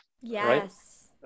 Yes